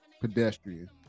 pedestrian